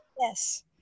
Yes